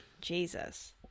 Jesus